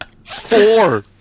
Four